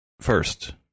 first